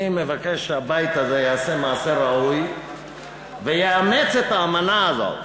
אני מבקש שהבית הזה יעשה מעשה ראוי ויאמץ את האמנה הזאת,